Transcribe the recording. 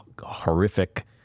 horrific